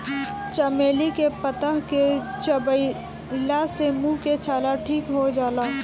चमेली के पतइ के चबइला से मुंह के छाला ठीक हो जाला